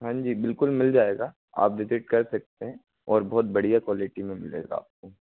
हाँ जी बिलकुल मिल जाएगा आप विज़िट कर सकते है और बहुत बढ़िया क्वॉलिटी में मिलेगा आपको